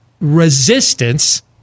resistance